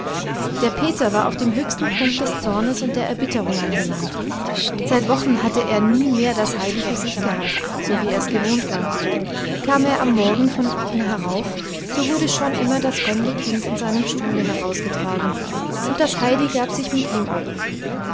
der peter war auf dem höchsten punkt des zornes und der erbitterung angelangt seit wochen hatte er nie mehr das heidi für sich gehabt so wie er's gewohnt war kam er am morgen von unten herauf so wurde schon immer das fremde kind in seinem stuhle herausgetragen und das heidi gab sich mit ihm ab